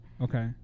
Okay